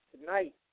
tonight